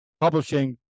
Publishing